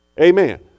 amen